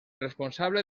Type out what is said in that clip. responsable